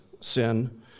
sin